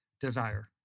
desire